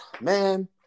man